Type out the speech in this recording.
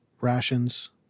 Rations